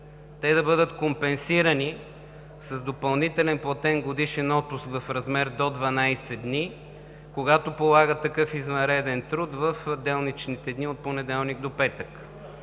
те да бъдат компенсирани с допълнителен платен годишен отпуск в размер до 12 дни, когато полагат такъв извънреден труд в делничните дни – от понеделник до петък.